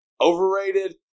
overrated